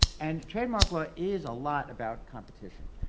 and trademark law is a lot about competition.